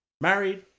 married